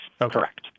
correct